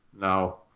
No